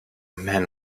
men